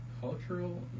Cultural